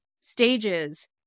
stages